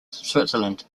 switzerland